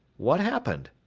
what happened?